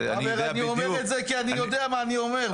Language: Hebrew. אני אומר את זה כי אני יודע מה אני אומר.